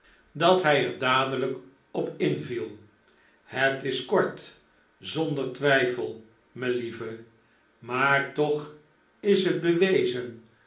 dat hij er dadelijk op inviel het is kort zonder twijfel melieve maar toch is het bewezen